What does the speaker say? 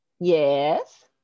yes